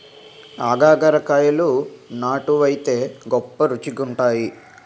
ఆగాకరకాయలు నాటు వైతే గొప్ప రుచిగుంతాయి